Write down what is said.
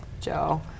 Joe